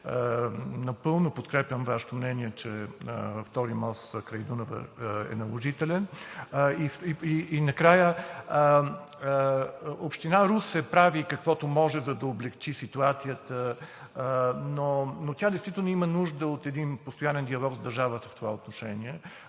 напълно подкрепям Вашето мнение, че втори мост край Дунава е наложителен. И накрая, община Русе прави каквото може, за да облекчи ситуацията. Но тя действително има нужда от един постоянен диалог с държавата в това отношение.